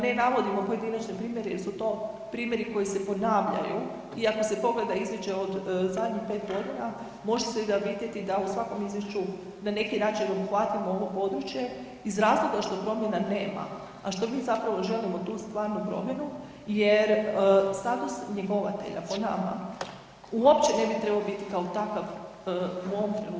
Ne navodimo pojedinačne primjere jer su to primjeri koji se ponavljaju i ako se pogleda izvješće od zadnjih 5 godina može se vidjeti da u svakom izvješću na neki način obuhvatimo ovo područje iz razloga što promjena nema, a što mi zapravo želimo tu stvarnu promjenu jer njegovatelja po nama uopće ne bi trebao biti kao takav u ovom trenutku.